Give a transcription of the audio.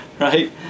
right